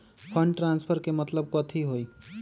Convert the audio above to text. Fund transfer के मतलब कथी होई?